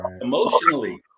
emotionally